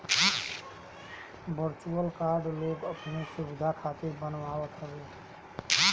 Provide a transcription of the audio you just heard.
virtual card लोग अपनी सुविधा खातिर बनवावत हवे